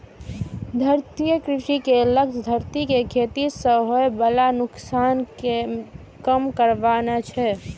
धारणीय कृषि के लक्ष्य धरती कें खेती सं होय बला नुकसान कें कम करनाय छै